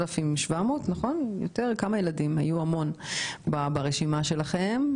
כמה ילדים היו ברשימה שלכם?